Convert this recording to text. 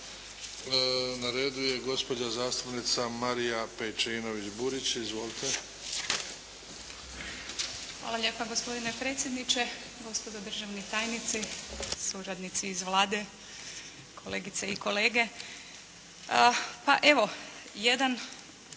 Na redu je gospođa zastupnica Marija Pejčinović-Burić. Izvolite. **Pejčinović Burić, Marija (HDZ)** Hvala lijepa gospodine predsjedniče, gospodo državni tajnici, suradnici iz Vlade, kolegice i kolege. Pa evo, jedna